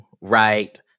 right